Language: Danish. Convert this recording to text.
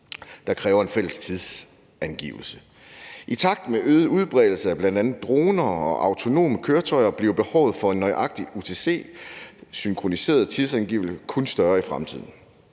der kræver en fælles tidsangivelse. I takt med øget udbredelse af bl.a. droner og autonome køretøjer bliver behovet for en nøjagtig UTC-synkroniseret